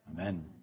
Amen